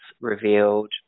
revealed